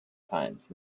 times